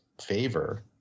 favor